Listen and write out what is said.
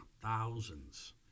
thousands